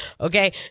okay